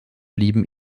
blieben